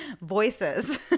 Voices